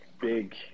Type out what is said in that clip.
big